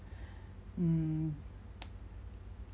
mm